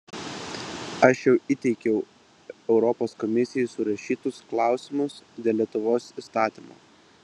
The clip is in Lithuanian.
aš jau įteikiau europos komisijai surašytus klausimus dėl lietuvos įstatymo